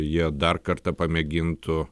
jie dar kartą pamėgintų